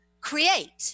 create